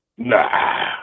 nah